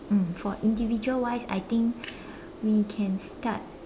mm for individual wise I think we can start